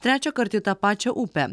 trečiąkart į tą pačią upę